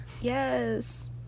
Yes